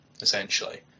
essentially